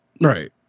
Right